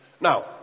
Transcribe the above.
Now